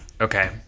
okay